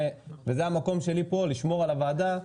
זה המקום שלי פה לשמור על הוועדה,